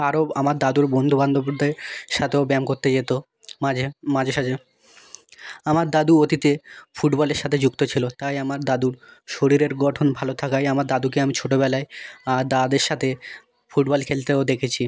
আরও আমার দাদুর বন্ধু বান্ধবদের সাথেও ব্যায়াম করতে যেতো মাঝে মাঝে সাঝে আমার দাদু অতীতে ফুটবলের সাথে যুক্ত ছিলো তাই আমার দাদুর শরীরের গঠন ভালো থাকায় আমার দাদুকে আমি ছোটোবেলায় দাদাদের সাতে ফুটবল খেলতেও দেখেছি